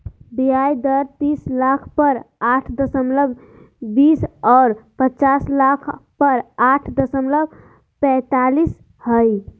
ब्याज दर तीस लाख पर आठ दशमलब बीस और पचास लाख पर आठ दशमलब पैतालीस हइ